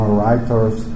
writers